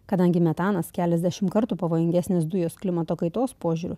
kadangi metanas keliasdešimt kartų pavojingesnis dujos klimato kaitos požiūriu